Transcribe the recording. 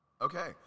Okay